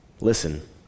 Listen